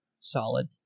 solid